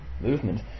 movement